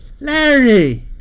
Larry